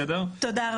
תודה רבה.